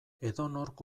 edonork